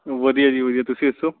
ਵਧੀਆ ਜੀ ਵਧੀਆ ਤੁਸੀਂ ਦੱਸੋ